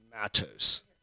Matos